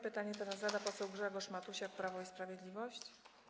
Pytanie teraz zada poseł Grzegorz Matusiak, Prawo i Sprawiedliwość.